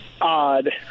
odd